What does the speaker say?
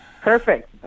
Perfect